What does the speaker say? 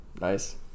Nice